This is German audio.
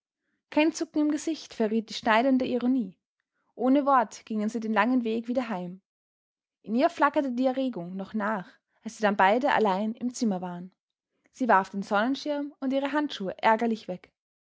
kein zucken im gesicht verriet die schneidende ironie ohne wort gingen sie den langen weg wieder heim in ihr flackerte die erregung noch nach als sie dann beide allein im zimmer waren sie warf den sonnenschirm und ihre handschuhe ärgerlich weg